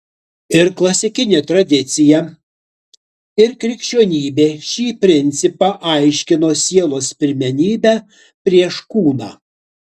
ir klasikinė tradicija ir krikščionybė šį principą aiškino sielos pirmenybe prieš kūną